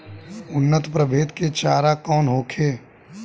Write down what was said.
उन्नत प्रभेद के चारा कौन होखे?